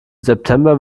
september